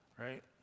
Right